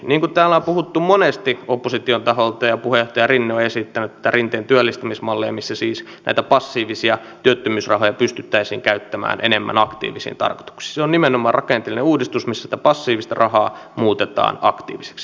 niin kuin täällä on puhuttu monesti opposition taholta ja puheenjohtaja rinne on esittänyt tätä rinteen työllistämismallia missä siis näitä passiivisia työttömyysrahoja pystyttäisiin käyttämään enemmän aktiivisiin tarkoituksiin se on nimenomaan rakenteellinen uudistus missä sitä passiivista rahaa muutetaan aktiiviseksi